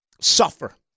suffer